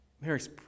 Mary's